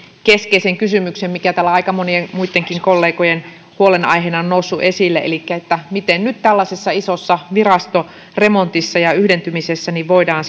keskeisen kysymyksen mikä täällä aika monien muittenkin kollegojen huolenaiheena on noussut esille elikkä miten nyt tällaisessa isossa virastoremontissa ja yhdentymisessä voidaan